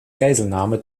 geiselnahme